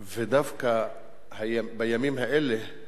ודווקא בימים האלה,